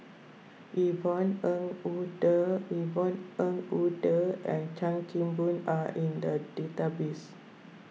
Yvonne Ng Uhde Yvonne Ng Uhde and Chan Kim Boon are in the database